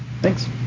Thanks